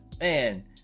man